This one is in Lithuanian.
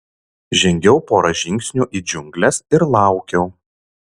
žengiau porą žingsnių į džiungles ir laukiau